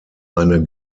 eine